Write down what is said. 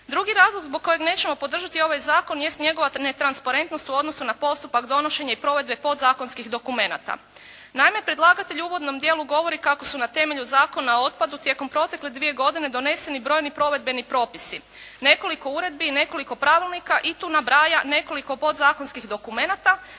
Drugi razlog zbog kojeg nećemo podržati ovaj zakon jest njegova netransparentnost u odnosu na postupak donošenja i provedbe podzakonskih dokumenata. Naime, predlagatelj u uvodnom dijelu govori kako su na temelju Zakona o otpadu tijekom protekle dvije godine doneseni brojni provedbeni propisi, nekoliko uredbi i nekoliko pravilnika, i tu nabraja nekoliko podzakonskih dokumenata